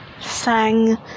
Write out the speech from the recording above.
sang